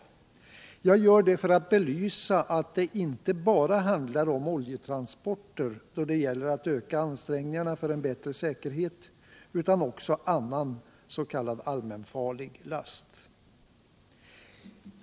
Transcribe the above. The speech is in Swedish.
Och jag gör det för att belysa att det inte bara handlar om oljetrar.sporter, då det gäller att öka ansträngningarna för en bättre säkerhet, utan också om annan s.k. allmänfarlig last.